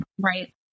right